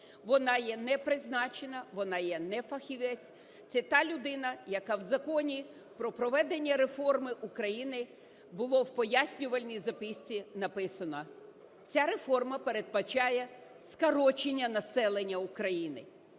Вона є не призначена, вона є не фахівець, це та людина, яка в Законі про проведення реформи України, було в пояснювальній записці написано: ця реформа передбачає скорочення населення України.